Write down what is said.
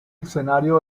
escenario